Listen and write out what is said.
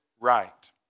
right